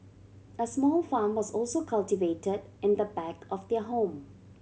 a small farm was also cultivated in the back of their home